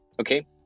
okay